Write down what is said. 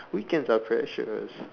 weekends are precious